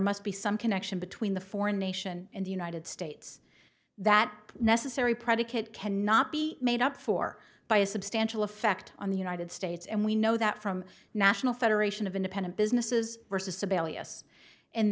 must be some connection between the foreign nation and the united states that necessary predicate cannot be made up for by a substantial effect on the united states and we know that from national federation of independent businesses versus